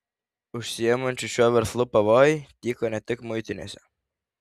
užsiimančių šiuo verslu pavojai tyko ne tik muitinėse